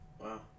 Wow